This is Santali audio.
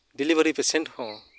ᱰᱤᱞᱤᱵᱷᱟᱨᱤ ᱯᱮᱥᱮᱱᱴ ᱦᱚᱸ